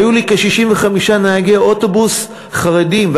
היו לי כ-65 נהגי אוטובוס חרדים,